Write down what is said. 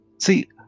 See